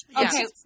Okay